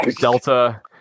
Delta